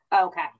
okay